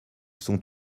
sont